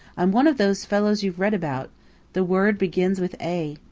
i'm one of those fellows you've read about the word begins with a.